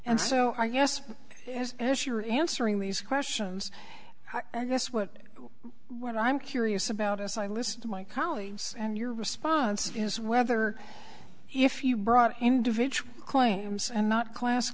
and so i guess as you're answering these questions i guess what what i'm curious about as i listen to my colleagues and your responses is whether if you brought individual claims and not class